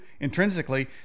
Intrinsically